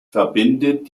verbindet